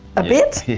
a bit?